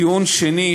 טיעון שני,